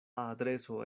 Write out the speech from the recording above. adreso